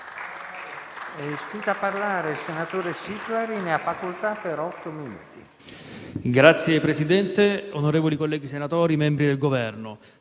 Signor Presidente, onorevoli colleghi senatori, membri del Governo,